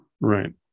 Right